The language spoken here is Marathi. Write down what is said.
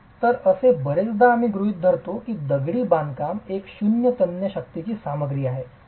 तर असे बरेचदा आम्ही गृहीत धरतो की दगडी बांधकामएक शून्य तन्य शक्तीची सामग्री आहे